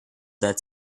that